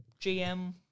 GM